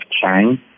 Chang